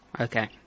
Okay